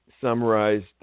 summarized